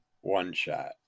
one-shot